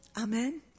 Amen